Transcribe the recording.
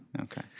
Okay